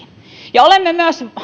ja olemme myös